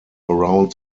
around